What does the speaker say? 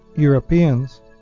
Europeans